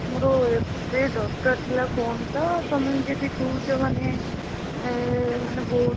ମୋର ଏବେ ଦରକାର ଥିଲା ଫୋନ୍ଟା ତମେ ଯଦି କହୁଛ ମାନେ ମାନେ ବହୁତ